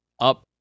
up